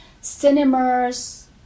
Cinemas